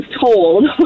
told